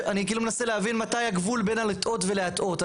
אני כאילו מנסה להבין מתי הגבול בין לטעות ולהטעות.